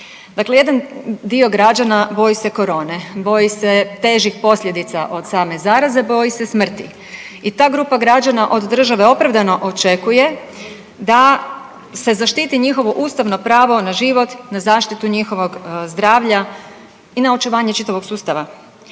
Dakle, jedan dio građana boji se korone, boji se težih posljedica od same zaraze, boji se smrti i ta grupa građana od države opravdano očekuje da se zaštiti njihovo ustavno pravo na život, na zaštitu njihovog zdravlja i na očuvanje čitavog sustava.